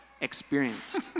experienced